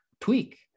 tweak